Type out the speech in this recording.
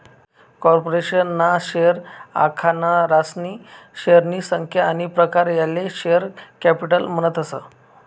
corporation ना share आखनारासनी शेअरनी संख्या आनी प्रकार याले शेअर कॅपिटल म्हणतस